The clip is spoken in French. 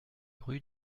rue